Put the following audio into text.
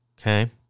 Okay